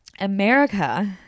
America